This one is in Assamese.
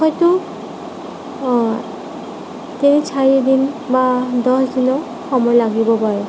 হয়তো তিনি চাৰিদিন বা দহদিনো সময় লাগিব পাৰে